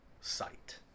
sight